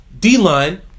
D-line